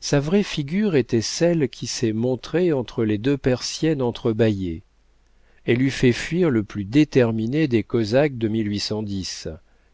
sa vraie figure était celle qui s'est montrée entre les deux persiennes entre bâillées elle eût fait fuir le plus déterminé des cosaques de